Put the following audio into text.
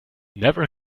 never